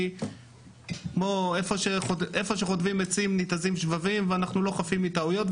כי איפה שחוטבים עצים ניתזים שבבים ואנחנו לא חפים מטעויות.